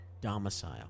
domicile